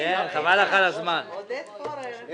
חבר הכנסת אכרם חסון, מקובל עליך?